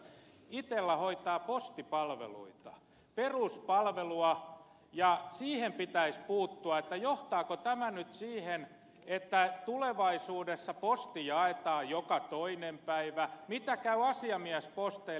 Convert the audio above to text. itella hoitaa postipalveluita peruspalvelua ja siihen pitäisi puuttua johtaako tämä nyt siihen että tulevaisuudessa posti jaetaan joka toinen päivä miten käy asiamiesposteille